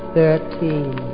Thirteen